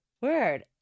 Word